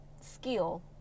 skill